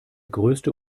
größte